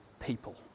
people